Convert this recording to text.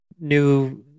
new